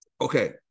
Okay